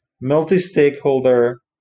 multi-stakeholder